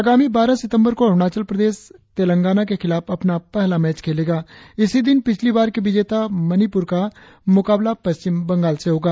आगामी बारह सितंबर को अरुणाचल प्रदेश तेलंगाना के खिलाफ अपना पहला मैच खेलेगा इसी दिन पिछली बार कि विजेता मणिपुर का मुकाबला पश्चिम बंगाल से होगा